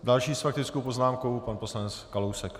Další s faktickou poznámkou pan poslanec Kalousek.